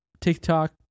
tiktok